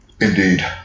Indeed